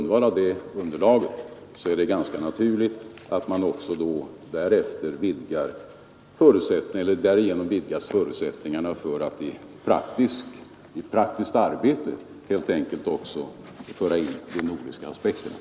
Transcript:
Det är ganska naturligt att man därigenom vidgar förutsättningarna för att i praktiskt arbete föra in de nordiska aspekterna.